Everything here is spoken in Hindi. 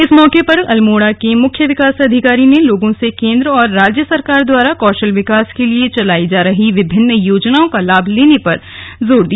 इस मौके पर अल्मोड़ा के मुख्य विकास अधिकारी ने लोगों से केंद्र और राज्य सरकार द्वारा कौशल विकास के लिए चलाए जा रही विभिन्न योजनाओं का लाभ लेने पर जोर दिया